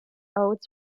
odes